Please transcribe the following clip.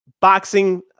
Boxing –